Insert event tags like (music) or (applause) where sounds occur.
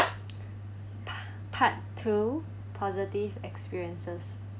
(breath) part two positive experiences